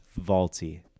vaulty